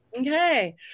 Okay